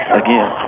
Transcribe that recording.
again